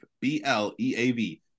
B-L-E-A-V